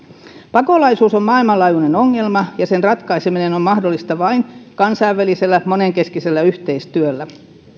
pakolaisuus on maailmanlaajuinen ongelma ja sen ratkaiseminen on mahdollista vain kansainvälisellä monenkeskisellä yhteistyöllä